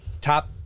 top